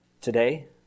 today